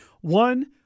One